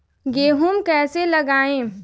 गेहूँ कैसे लगाएँ?